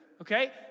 okay